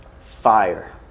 Fire